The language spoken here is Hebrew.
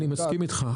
מסכים איתך,